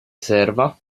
serva